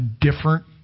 different